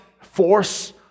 force